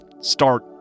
start